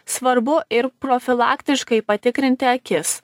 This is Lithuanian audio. svarbu ir profilaktiškai patikrinti akis